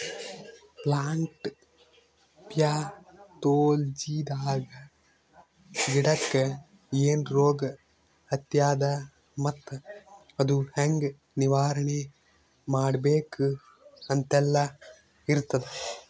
plant ಪ್ಯಾಥೊಲಜಿದಾಗ ಗಿಡಕ್ಕ್ ಏನ್ ರೋಗ್ ಹತ್ಯಾದ ಮತ್ತ್ ಅದು ಹೆಂಗ್ ನಿವಾರಣೆ ಮಾಡ್ಬೇಕ್ ಅಂತೆಲ್ಲಾ ಇರ್ತದ್